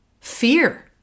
fear